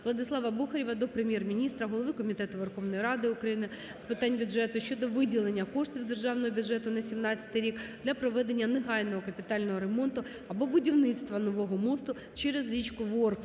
Владислава Бухарєва до Прем'єр-міністра, голови Комітету Верховної Ради України з питань бюджету щодо виділення коштів з Державного бюджету на 2017 рік для проведення негайного капітального ремонту або будівництва нового мосту через річку Ворскла